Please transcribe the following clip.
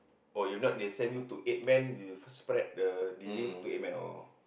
or you not they send you to eight men you first spread the disease to eight men oh